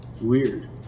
Weird